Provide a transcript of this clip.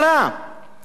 למה יש גירעון?